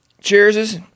Cheers